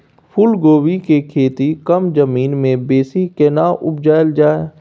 फूलकोबी के खेती कम जमीन मे बेसी केना उपजायल जाय?